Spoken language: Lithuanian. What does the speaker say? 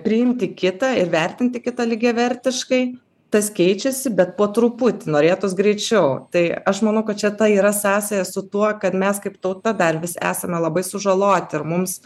priimti kitą ir vertinti kitą lygiavertiškai tas keičiasi bet po truputį norėtųs greičiau tai aš manau kad čia ta yra sąsaja su tuo kad mes kaip tauta dar vis esame labai sužaloti ir mums